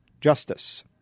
Justice